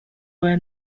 where